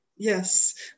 Yes